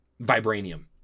vibranium